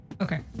Okay